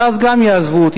וגם יעזבו אותי.